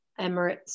Emirates